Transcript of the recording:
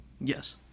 Yes